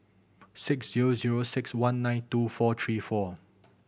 six zero zero six one nine two four three four